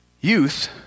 Youth